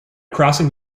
crossing